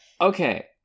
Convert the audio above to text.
okay